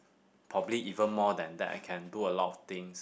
probably even more than that I can do a lot of things